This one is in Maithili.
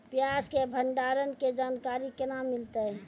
प्याज के भंडारण के जानकारी केना मिलतै?